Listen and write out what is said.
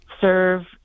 serve